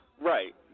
Right